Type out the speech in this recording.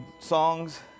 songs